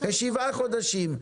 אחרי שבעה חודשים.